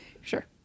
Sure